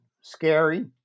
scary